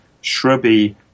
shrubby